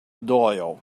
doyle